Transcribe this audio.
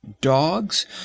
dogs